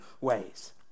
ways